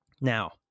Now